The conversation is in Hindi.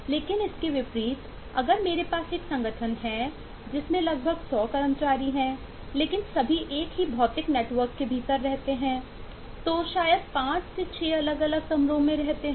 लेकिन इसके विपरीत अगर मेरे पास एक संगठन है जिसमें लगभग 100 कर्मचारी हैं लेकिन सभी एक ही भौतिक नेटवर्क के भीतर रहते हैं जो शायद 5 6 अलग अलग कमरों में रहते हैं